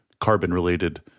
carbon-related